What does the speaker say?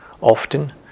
often